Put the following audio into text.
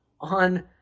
on